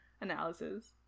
analysis